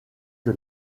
que